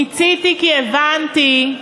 מיציתי, כי אני הבנתי,